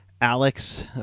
Alex